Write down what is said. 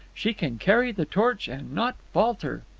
she can carry the torch and not falter.